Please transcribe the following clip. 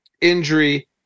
injury